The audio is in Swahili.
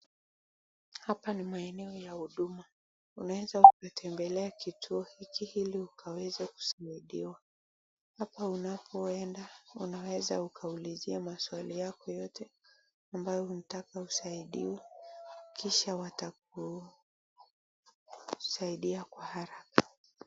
Hapa ni maeneo ya huduma, unaweza kutembelea kituo hiki ili ukaweze kusaidia. Hapa unapo enda unaweza uliza maswali yako yote ambao unataka kusaidiwa, kisha watakusaidia kwa haraka.